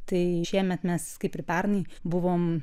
tai šiemet mes kaip ir pernai buvom